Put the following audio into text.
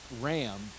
ram